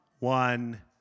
one